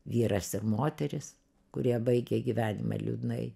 vyras ir moteris kurie baigė gyvenimą liūdnai